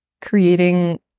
creating